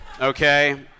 okay